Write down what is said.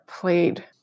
played